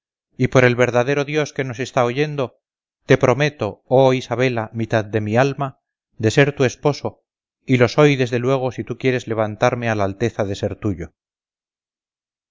y por el verdadero dios que nos está oyendo te prometo oh isabela mitad de mi alma de ser tu esposo y lo soy desde luego si tú quieres levantarme a la alteza de ser tuyo